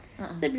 a'ah